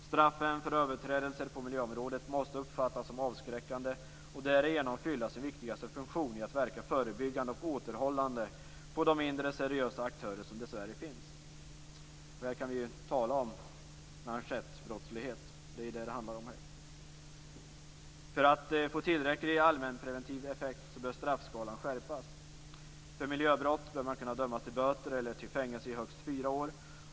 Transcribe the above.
Straffen för överträdelser på miljöområdet måste uppfattas som avskräckande och därigenom fylla sin viktigaste funktion i att verka förebyggande och återhållande på de mindre seriösa aktörer som dessvärre finns. Tyvärr kan vi tala om manschettbrottslighet - det är det som det handlar om här. För att få tillräcklig allmänpreventiv effekt bör straffskalan skärpas. För miljöbrott bör man kunna dömas till böter eller till fängelse i högst fyra år.